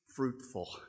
fruitful